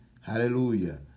hallelujah